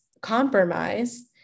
compromise